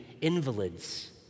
invalids